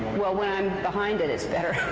well, when i'm behind it, it's better.